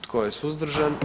Tko je suzdržan?